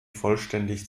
vollständig